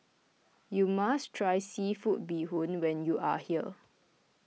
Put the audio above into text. you must try Seafood Bee Hoon when you are here